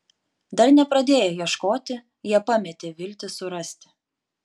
dar nepradėję ieškoti jie pametė viltį surasti